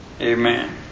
Amen